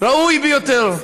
זה ראוי ביותר,